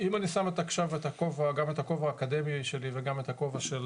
אם אני שם עכשיו גם את הכובע האקדמי שלי וגם את הכובע של